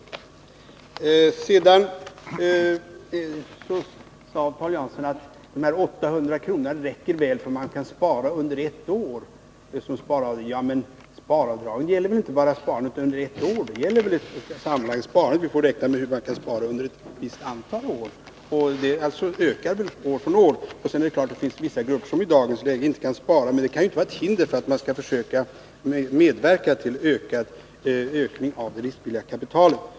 Paul Jansson sade att sparavdraget på 800 kr. räcker väl bara för vad man kan spara under ett år. Ja, sparavdraget gäller ju inte bara sparandet under ett år — det gäller ett samlat sparande. Vi får se till hur mycket man kan spara under ett visst antal år; sparmedlen ökar väl år från år. Nr 45 Sedan är det klart att det finns vissa grupper som i dagens läge inte kan spara. Men det kan ju inte vara ett hinder för att man skall medverka till ökning av det riskvilliga kapitalet.